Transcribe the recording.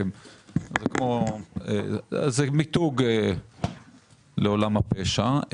זה מיתוג לעולם הפשע,